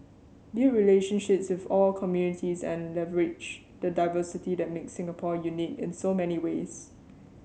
build relationships with all communities and leverage the diversity that makes Singapore unique in so many ways